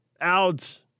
out